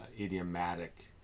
idiomatic